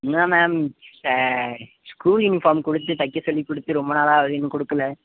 என்னா ma'am school uniform கொடுத்து தைக்க சொல்லி கொடுத்து ரொம்ப நாளாகுது இன்னும் கொடுக்குல